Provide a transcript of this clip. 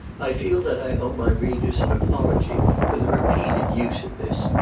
i feel that i owe my readers an apology for the repeated use of this,